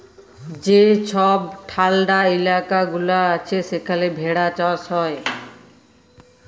যে ছব ঠাল্ডা ইলাকা গুলা আছে সেখালে ভেড়া চাষ হ্যয়